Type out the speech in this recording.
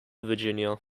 virginia